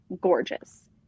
gorgeous